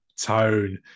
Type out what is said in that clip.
tone